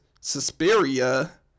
Suspiria